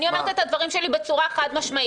אני אומרת את הדברים שלי בצורה חד-משמעית,